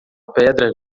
pedra